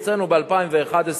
הוצאנו ב-2011,